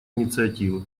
инициативы